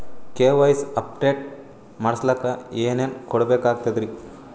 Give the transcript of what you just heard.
KYC update ಮಾಡಸ್ಲಕ ಏನೇನ ಕೊಡಬೇಕಾಗ್ತದ್ರಿ?